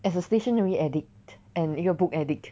as a stationery addict and 一个 book addict